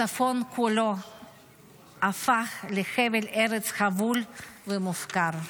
הצפון כולו הפך לחבל ארץ חבול ומופקר.